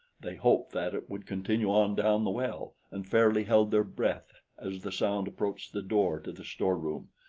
they hoped that it would continue on down the well and fairly held their breath as the sound approached the door to the storeroom.